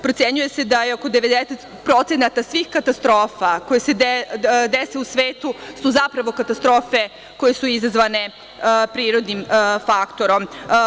Procenjuje se da je oko 90% svih katastrofa koje se dese u svetu, su zapravo katastrofe koje su izazvane prirodnim faktorom.